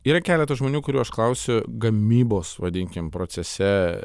yra keletas žmonių kurių aš klausiu gamybos vadinkim procese